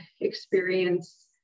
experience